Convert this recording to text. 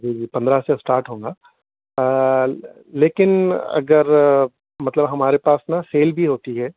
جی جی پندرہ سے اسٹارٹ ہوں گا لیکن اگر مطلب ہمارے پاس نہ سیل بھی ہوتی ہے